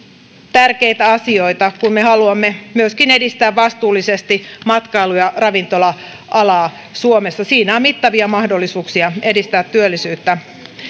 tärkeitä asioita kun me haluamme myöskin edistää vastuullisesti matkailu ja ravintola alaa suomessa siinä on mittavia mahdollisuuksia edistää työllisyyttä